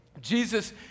Jesus